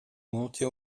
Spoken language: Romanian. multe